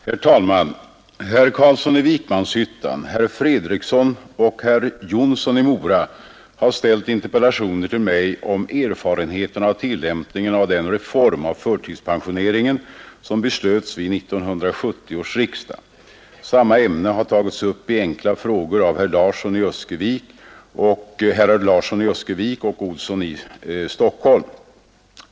Herr talman! Herr Carlsson i Vikmanshyttan, herr Fredriksson och herr Jonsson i Mora har ställt interpellationer till mig om erfarenheterna av tillämpningen av den reform av förtidspensioneringen, som beslöts vid 1970 års riksdag. Samma ämne har tagits upp i enkla frågor av herrar Larsson i Öskevik och Olsson i Stockholm.